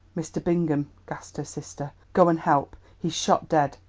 mr. bingham, gasped her sister. go and help he's shot dead!